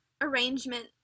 arrangement